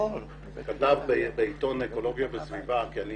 כתב עיתון אקולוגיה וסביבה - כי אני